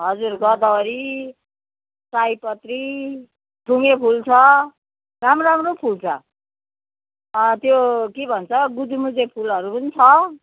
हजुर गदावरी सयपत्री थुङ्गे फुल छ राम्रो राम्रो फुल छ त्यो के भन्छ गुजुमुझे फुलहरू पनि छ